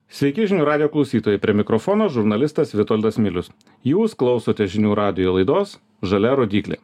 sveiki žinių radijo klausytojai prie mikrofono žurnalistas vitoldas milius jūs klausote žinių radijo laidos žalia rodyklė